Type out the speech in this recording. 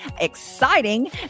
exciting